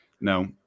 No